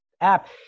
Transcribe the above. app